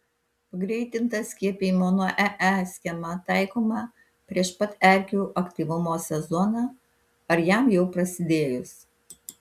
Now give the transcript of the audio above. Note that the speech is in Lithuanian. pagreitinta skiepijimų nuo ee schema taikoma prieš pat erkių aktyvumo sezoną ar jam jau prasidėjus